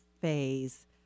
phase